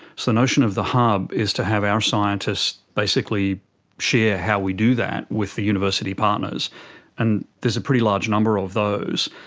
so notion of the hub is to have our scientists basically share how we do that with the university partners and there is a pretty large number of those.